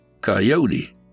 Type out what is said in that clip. Coyote